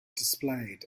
displayed